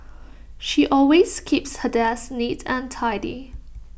she always keeps her desk neat and tidy